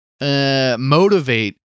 motivate